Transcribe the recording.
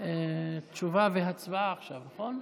תשובה והצבעה עכשיו, נכון?